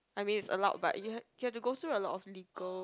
I means it's allowed but you have you have to go through a lot of legal